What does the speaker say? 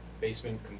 basement